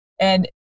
And-